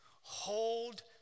Hold